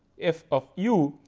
f of u.